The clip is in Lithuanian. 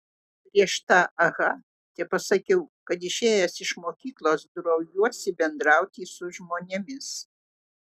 prieš tą aha tepasakiau kad išėjęs iš mokyklos droviuosi bendrauti su žmonėmis